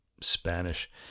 Spanish